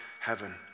heaven